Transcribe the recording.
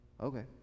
Okay